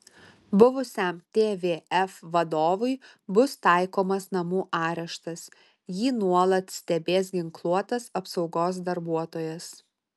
buvusiam tvf vadovui bus taikomas namų areštas jį nuolat stebės ginkluotas apsaugos darbuotojas